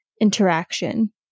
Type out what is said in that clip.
interaction